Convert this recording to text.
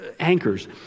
anchors